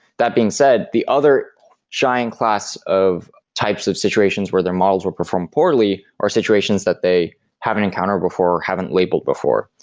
that being said, the other shying class of types of situations where their models would perform poorly are situations that they haven't encountered before or haven't labeled before.